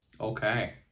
Okay